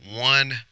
one